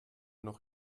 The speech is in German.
noch